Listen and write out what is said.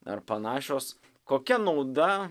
ar panašios kokia nauda